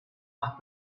más